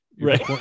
Right